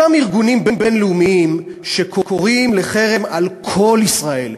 אותם ארגונים בין-לאומיים שקוראים לחרם על כל ישראל,